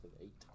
eight